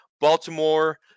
baltimore